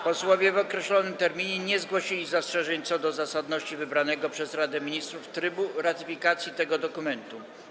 Posłowie w określonym terminie nie zgłosili zastrzeżeń co do zasadności wybranego przez Radę Ministrów trybu ratyfikacji tego dokumentu.